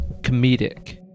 comedic